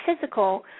physical